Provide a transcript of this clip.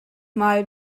mal